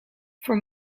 voor